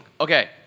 Okay